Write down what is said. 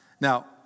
Now